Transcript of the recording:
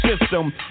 system